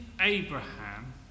Abraham